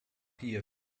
hier